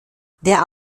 der